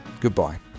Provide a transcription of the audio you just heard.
goodbye